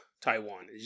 Taiwan